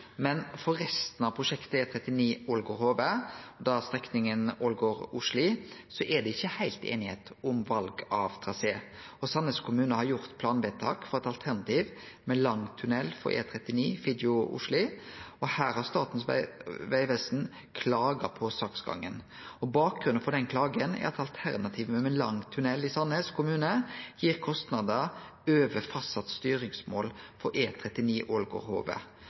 Men for resten av prosjektet E39 Ålgård–Hove, strekninga Ålgård–Osli, er det ikkje heilt einigheit om val av trasé. Sandnes kommune har gjort planvedtak for eit alternativ med lang tunnel for E39 Figgjo–Osli, og her har Statens vegvesen klaga på saksgangen. Bakgrunnen for den klagen er at alternativet med ein lang tunnel i Sandnes kommune gir kostnader over fastsett styringsmål